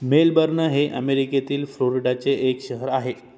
Melbourne हे अमेरिकेतील फ्लोरीडाचे एक शहर आहे